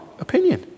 opinion